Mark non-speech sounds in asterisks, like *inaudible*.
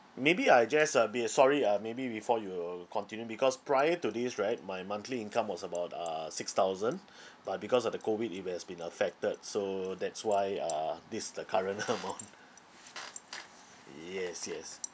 maybe I adjust a bit sorry ah maybe before you continue because prior to this right my monthly income was about uh six thousand but because of the COVID it has been affected so that's why uh this is the current *laughs* amount *laughs* yes yes